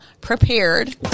prepared